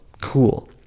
Cool